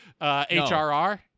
HRR